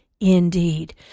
Indeed